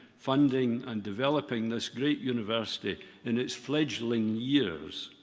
funding, and developing this great university in its fledgling years,